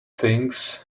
things